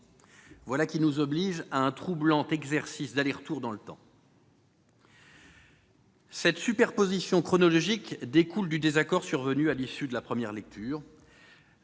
Voilà qui nous oblige à un troublant exercice d'aller-retour dans le temps. Cette superposition chronologique découle du désaccord survenu à l'issue de la première lecture.